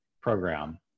program